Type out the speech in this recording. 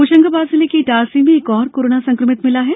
होशंगाबाद जिले के इटारसी में एक और कोरोना संक्रमित मिला है